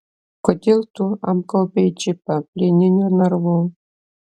kodėl tu apgaubei džipą plieniniu narvu